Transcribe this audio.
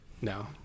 No